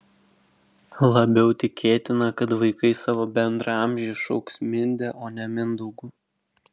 labiau tikėtina kad vaikai savo bendraamžį šauks minde o ne mindaugu